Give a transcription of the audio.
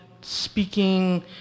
speaking